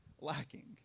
lacking